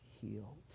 healed